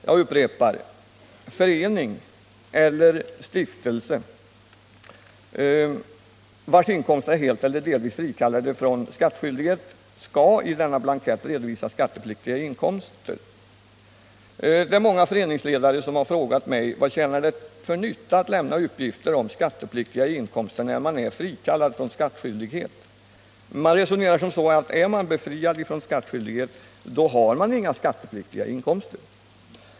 Jag upprepar: ”Förening eller stiftelse vars inkomster är helt eller delvis frikallade från skattskyldighet skall i denna blankett redovisa skattepliktiga inkomster.” Det är många föreningsledare som har frågat mig: Vad tjänar det för ändamål att lämna uppgifter om skattepliktiga inkomster när man är frikallad från skattskyldighet? Man resonerar så, att är man befriad från skattskyldighet så har man inga skattepliktiga inkomster.